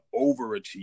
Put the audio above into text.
overachieve